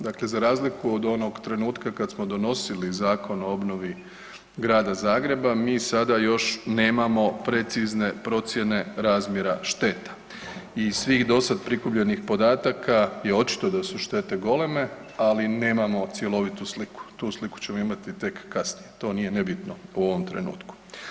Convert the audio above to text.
Dakle za razliku od onog trenutka kad smo donosili Zakon o obnovi Grada Zagreba, mi sada još nemamo precizne procjene razmjera šteta i iz svih dosad prikupljenih podataka je očito da su štete goleme, ali nemamo cjelovitu sliku, tu sliku ćemo imati tek kasnije, to nije nebitno u ovom trenutku.